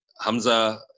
Hamza